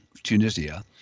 Tunisia